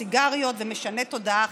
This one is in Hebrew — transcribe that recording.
סיגריות ומשני תודעה אחרים.